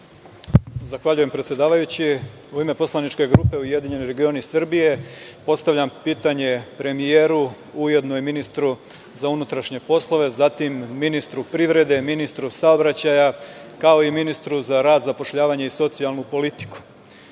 Zahvaljujem predsedavajući.U ime poslaničke grupe URS postavljam pitanje premijeru, ujedno i ministru za unutrašnje poslove, ministru privrede, ministru saobraćaja, kao i ministru za rad, zapošljavanje i socijalnu politiku. Moje